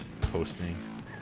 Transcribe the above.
posting